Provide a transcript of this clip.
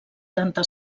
tanta